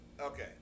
Okay